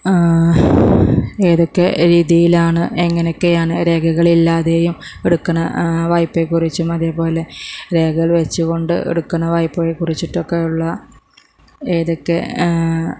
ഏതൊക്കെ രീതിയിലാണ് എങ്ങനെയൊക്കെയാണ് രേഖകളില്ലാതെയും എടുക്കണ വായ്പ്പയെ കുറിച്ചും അതേപോലെ രേഖകൾ വെച്ചുകൊണ്ട് എടുക്കണ വായ്പ്പയെ കുറിച്ചിട്ടൊക്കെ ഉള്ള ഏതൊക്കെ